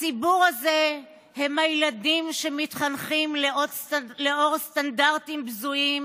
הציבור הזה הם הילדים שמתחנכים לאור סטנדרטים בזויים,